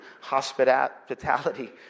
hospitality